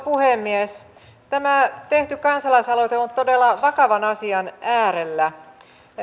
puhemies tämä tehty kansalaisaloite on todella vakavan asian äärellä